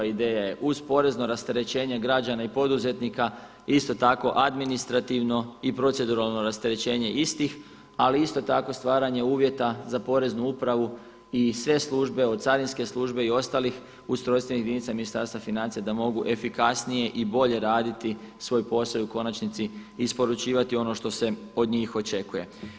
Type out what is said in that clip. I ideja je uz poreznog rasterećenje građana i poduzetnika, isto tako administrativno i proceduralno rasterećenje istih, ali isto tako stvaranje uvjeta za poreznu upravu i sve službe, od carinske službe i ostalih ustrojstvenih jedinica Ministarstva financija da mogu efikasnije i bolje raditi svoj posao i u konačnici isporučivati ono što se od njih očekuje.